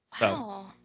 Wow